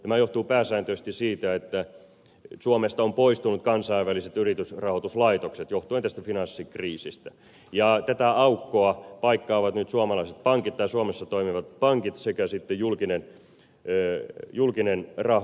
tämä johtuu pääsääntöisesti siitä että suomesta ovat poistuneet kansainväliset yritysrahoituslaitokset johtuen tästä finanssikriisistä ja tätä aukkoa paikkaavat nyt suomessa toimivat pankit sekä sitten julkinen raha